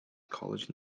college